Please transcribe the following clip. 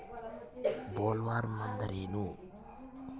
Bollworm ಅಂದ್ರೇನು?